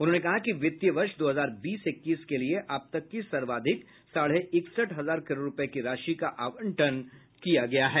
उन्होंने कहा कि वित्तीय वर्ष दो हजार बीस इक्कीस के लिए अब तक की सर्वाधिक साढ़े इकसठ हजार करोड़ रुपये की राशि का आवंटन किया गया है